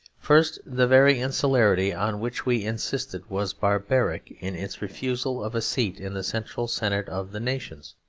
first, the very insularity on which we insisted was barbaric, in its refusal of a seat in the central senate of the nations.